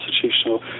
constitutional